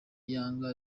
yanga